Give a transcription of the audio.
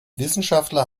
wissenschaftler